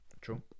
True